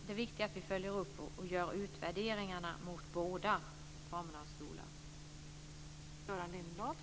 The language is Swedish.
Det viktiga är att vi följer upp och gör utvärderingar av båda formerna av skola.